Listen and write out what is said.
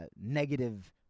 negative